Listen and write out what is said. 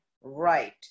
right